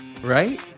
Right